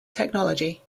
technology